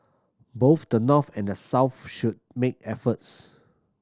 both the North and the South should make efforts